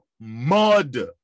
mud